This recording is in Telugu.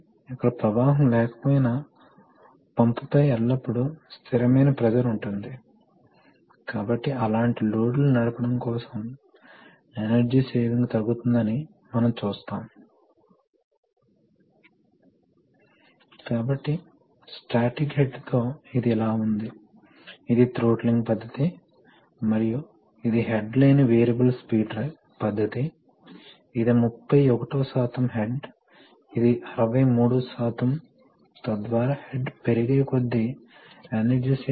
ఇప్పుడు మనం అనేక ఇతర రకాల అంశాలు ఉండవచ్చు తరువాతి పాఠంలో మనం ప్రధాన రకాలైన సిస్టమ్ కాంపోనెంట్స్ కంప్రెషర్లను చూశాము ప్రధానంగా రెసిప్రొకేటింగ్ కంప్రెషర్లు అవి ఎలా పని చేస్తాయో మనం చూశాము మరియు మనం కొన్ని రకాల న్యూమాటిక్ కంట్రోల్ వాల్వ్స్ ను చూశాము మరియు లూబ్రికెటర్స్ మరియు ఫిల్టర్స్ వంటి ఆక్సిస్సోరీస్ గురించి కూడా మాట్లాడాము